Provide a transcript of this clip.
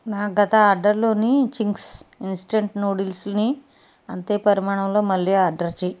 నా గత ఆర్డర్లోని చింగ్స్ ఇంస్టంట్ నూడిల్స్ని అంతే పరిమాణంలో మళ్ళీ ఆర్డర్ చేయి